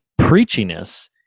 preachiness